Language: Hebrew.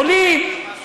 עולים,